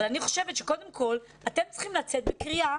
אבל אני חושבת שקודם כל אתם צריכים לצאת בקריאה